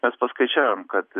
mes paskaičiavom kad